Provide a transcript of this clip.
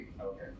Okay